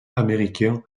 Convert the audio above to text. américain